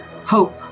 hope